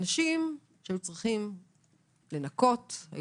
אנשים שצריכים לנקות,